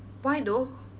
why though